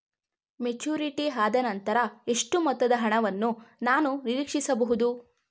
Maturity ಆದನಂತರ ಎಷ್ಟು ಮೊತ್ತದ ಹಣವನ್ನು ನಾನು ನೀರೀಕ್ಷಿಸ ಬಹುದು?